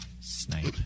Snipe